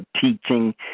teaching